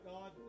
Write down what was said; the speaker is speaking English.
God